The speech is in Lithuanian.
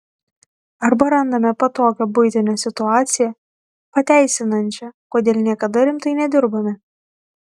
arba randame patogią buitinę situaciją pateisinančią kodėl niekada rimtai nedirbome